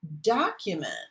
document